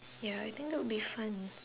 ya I think that would be fun